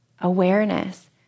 Awareness